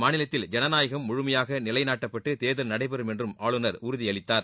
மாநிலத்தில் ஜனநாயகம் முழுமையாக நிலைநாட்டப்பட்டு தேர்தல் நடைபெறம் என்றும் ஆளுநர் உறுதியளித்தார்